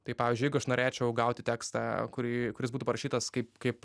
tai pavyzdžiui jeigu aš norėčiau gauti tekstą kurį kuris būtų parašytas kaip kaip